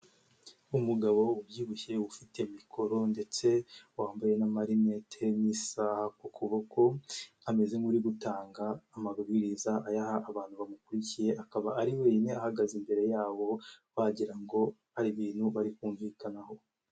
Umugabo ubyibushye ufite mikoro ndetse wambaye na marinete n'isaha ku kuboko, ameze nk'uri gutanga amabwiriza, ayaha abantu bamukurikiye akaba ari wenyine ahagaze imbere yabo wagirango ngo hari ibintu bari kumvikanaho.